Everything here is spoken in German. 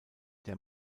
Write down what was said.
der